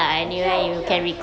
okay ah okay ah okay